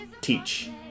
teach